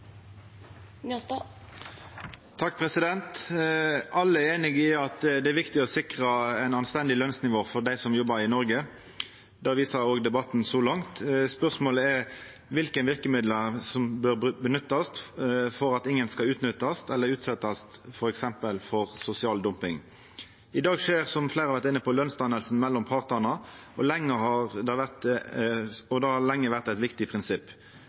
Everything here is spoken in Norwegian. einige om at det er viktig å sikra eit anstendig lønsnivå for dei som jobbar i Noreg. Det viser òg debatten så langt. Spørsmålet er kva for verkemiddel ein bør nytta for at ingen skal bli utnytta eller utsett for f.eks. sosial dumping. I dag skjer, som fleire har vore inne på, lønsdanninga mellom partane, og det har lenge vore eit viktig prinsipp. Forslaget frå Senterpartiet kan bli forstått slik at ein ikkje lenger har